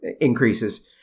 increases